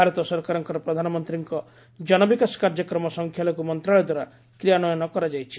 ଭାରତସରକାରଙ୍କ ପ୍ରଧାନମନ୍ତୀଙ୍କ ଜନବିକାଶ କାର୍ଯ୍ୟକ୍ରମ ସଂଖ୍ୟାଲଘୁ ମନ୍ତଶାଳୟ ଦ୍ୱାରା କ୍ରିୟାନ୍ୱୟନ କରାଯାଇଛି